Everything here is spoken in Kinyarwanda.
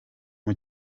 com